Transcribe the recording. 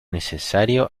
necesario